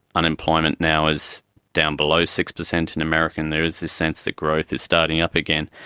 unemployment now is down below six percent in america and there is this sense that growth is starting up again,